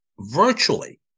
virtually